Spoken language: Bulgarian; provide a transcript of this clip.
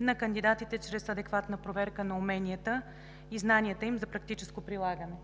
на кандидатите чрез адекватна проверка на уменията и знанията им за практическо прилагане.